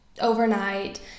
overnight